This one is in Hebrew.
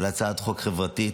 על הצעת חוק חברתית,